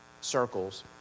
circles